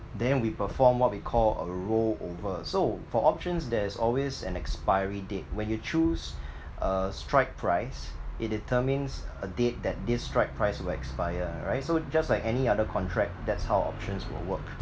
then we perform what we call a rollover so for options there's always an expiry date when you choose a strike price it determines a date that this strike price will expire right so just like any other contract that's how options will work